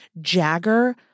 Jagger